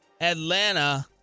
Atlanta